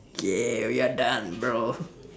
okay we are done bro